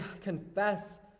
confess